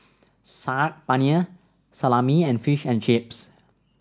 Saag Paneer Salami and Fish and Chips